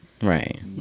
right